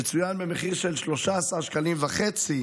שצוין במחיר של 13.5 שקלים